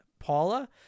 paula